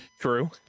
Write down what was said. true